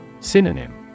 Synonym